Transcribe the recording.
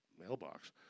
mailbox